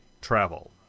travel